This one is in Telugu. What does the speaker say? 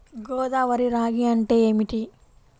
గోదావరి రాగి అంటే ఏమిటి?